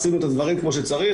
עשינו את הדברים כמו שצריך.